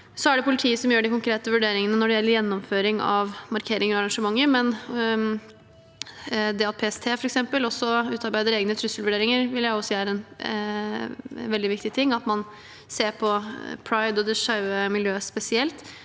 politiet som gjør de konkrete vurderingene når det gjelder gjennomføring av markeringer og arrangementer. Det at PST f.eks. også utarbeider egne trusselvurderinger, vil jeg si er veldig viktig, at man ser på pride og det skeive miljøet spesielt.